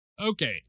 okay